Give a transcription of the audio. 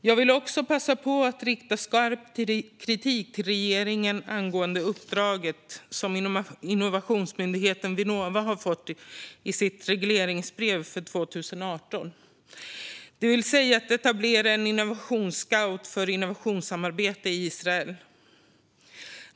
Jag vill också passa på att rikta skarp kritik mot regeringen angående det uppdrag som innovationsmyndigheten Vinnova har fått i sitt regleringsbrev för 2018, det vill säga att etablera en innovationsscout för innovationssamarbete i Israel.